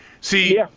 See